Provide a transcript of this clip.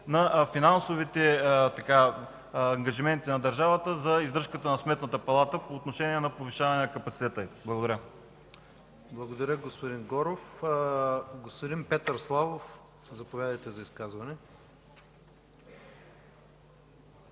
на финансовите ангажименти на държавата за издръжката на Сметната палата по отношение на повишаване на капацитета й. Благодаря. ПРЕДСЕДАТЕЛ ИВАН ИВАНОВ: Благодаря, господин Горов. Господин Петър Славов, заповядайте за изказване.